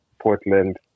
portland